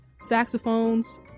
saxophones